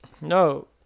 No